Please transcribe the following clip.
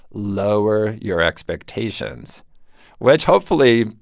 lower your expectations which, hopefully,